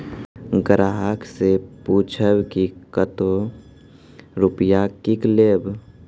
ग्राहक से पूछब की कतो रुपिया किकलेब?